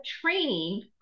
training